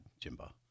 Jimbo